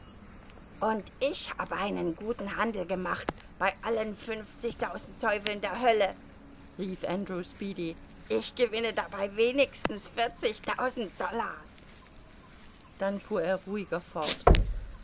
und ich hab einen guten handel gemacht bei allen fünfzigtausend teufeln der hölle rief andrew speedy ich gewinne dabei wenigstens vierzigtausend dollars dann fuhr er ruhiger fort